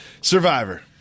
Survivor